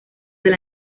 del